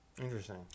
Interesting